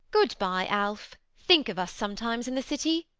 goodbye, alf. think of us sometimes in the city.